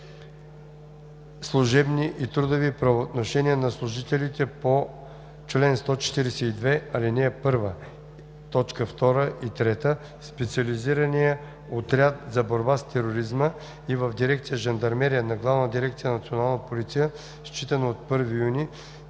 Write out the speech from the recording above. служебни и трудови правоотношения на служителите по чл. 142, ал. 1, т. 2 и 3 в Специализирания отряд за борба с тероризма и в дирекция „Жандармерия“ на Главна дирекция „Национална